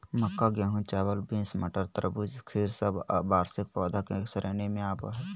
मक्का, गेहूं, चावल, बींस, मटर, तरबूज, खीर सब वार्षिक पौधा के श्रेणी मे आवो हय